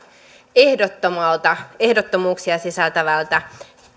ehdottomasta ehdottomuuksia sisältävästä